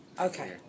Okay